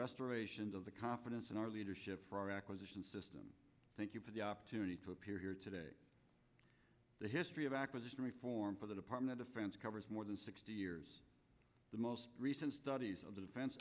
restoration of the confidence in our leadership for our acquisition system thank you for the opportunity to appear here today the history of acquisition reform for the department of defense covers more than sixty years the most recent studies of the defen